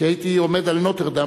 כי הייתי עומד על נוטרדם,